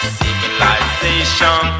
civilization